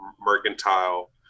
mercantile